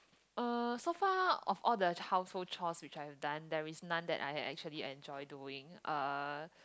uh so far of all the household chores which I have done there's none that I actually enjoy doing uh